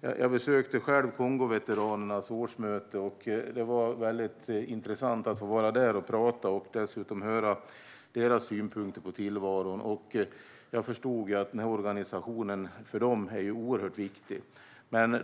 Jag besökte själv Kongoveteranernas årsmöte, och det var intressant att få vara där och prata och dessutom höra deras synpunkter på tillvaron. Jag förstod att denna organisation är mycket viktig för dem.